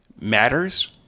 matters